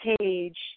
page